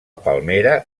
palmera